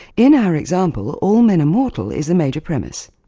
in our example, all men are mortal is the major premise,